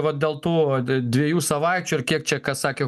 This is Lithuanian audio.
vat dėl tų dviejų savaičių ir kiek čia kas sakė